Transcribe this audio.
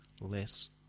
less